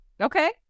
Okay